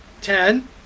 ten